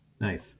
Nice